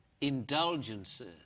indulgences